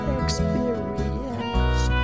experience